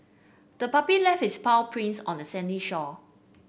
the puppy left its paw prints on the sandy shore